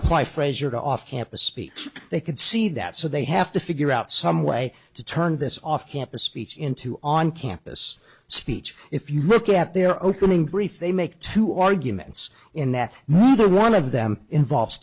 apply frazier to off campus speech they can see that so they have to figure out some way to turn this off campus speech into on campus speech if you look at their opening brief they make two arguments in that neither one of them involves